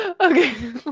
Okay